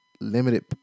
Limited